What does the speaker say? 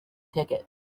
ticket